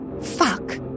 fuck